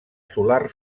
solar